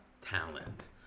talent